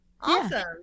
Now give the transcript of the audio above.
Awesome